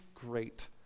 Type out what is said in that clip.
great